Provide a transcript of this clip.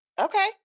Okay